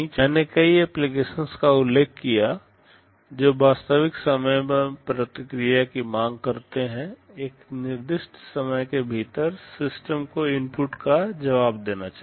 मैंने कई एप्लीकेशंस का उल्लेख किया जो वास्तविक समय मैं प्रतिक्रिया की मांग करते हैं एक निर्दिष्ट समय के भीतर सिस्टम को इनपुट का जवाब देना चाहिए